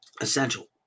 Essential